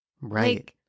Right